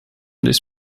this